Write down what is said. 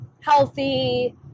healthy